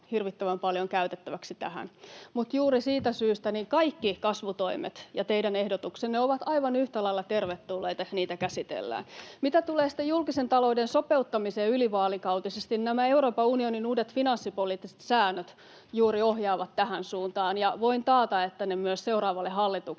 hirvittävän paljon käytettäväksi tähän. Mutta juuri siitä syystä kaikki kasvutoimet ja teidän ehdotuksenne ovat aivan yhtä lailla tervetulleita ja niitä käsitellään. Mitä tulee sitten julkisen talouden sopeuttamiseen ylivaalikautisesti, niin nämä Euroopan unionin uudet finanssipoliittiset säännöt juuri ohjaavat tähän suuntaan, ja voin taata, että ne myös seuraavalle hallitukselle